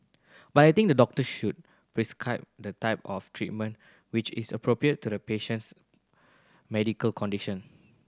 but I think doctors should prescribe the type of treatment which is appropriate to the patient's medical condition